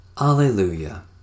Alleluia